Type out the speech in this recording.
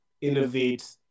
innovate